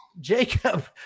Jacob